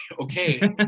okay